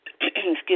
Excuse